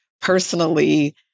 personally